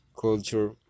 culture